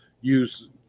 use